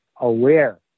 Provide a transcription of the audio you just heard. aware